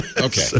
Okay